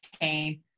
came